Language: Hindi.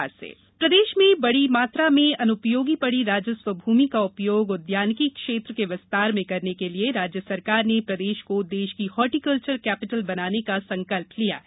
बागवानी प्रदेश में बड़ी मात्रा में अनुपयोगी पड़ी राजस्व भूमि का उपयोग उद्यानिकी क्षेत्र के विस्तार में करने के लिए राज्य सरकार ने प्रदेश को देश की हार्टिकल्वर कैपीटल बनाने का संकल्प लिया है